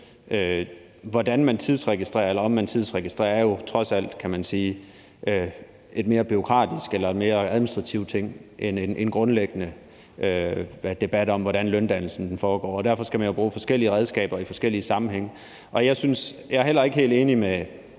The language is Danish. Hvordan man tidsregistrerer, eller om man tidsregistrerer, er jo trods alt, kan man sige, en mere bureaukratisk eller en mere administrativ ting end en grundlæggende debat om, hvordan løndannelsen foregår. Derfor skal man bruge forskellige redskaber i forskellige sammenhænge. Jeg er heller ikke helt enig i,